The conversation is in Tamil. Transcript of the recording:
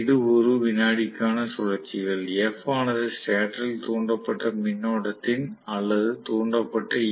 இது ஒரு வினாடிக்கான சுழற்சிகள் f ஆனது ஸ்டேட்டரில் தூண்டப்பட்ட மின்னோட்டத்தின் அல்லது தூண்டப்பட்ட ஈ